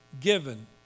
given